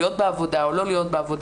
להיות בעבודה או לא להיות בעבודה.